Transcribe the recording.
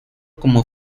como